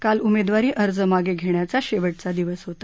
काल उमेदवारी अर्ज मागे घेण्याचा शेवटचा दिवस होता